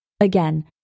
Again